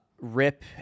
rip